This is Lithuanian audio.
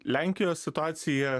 lenkijos situacija